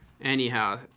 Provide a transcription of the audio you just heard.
anyhow